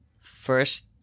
first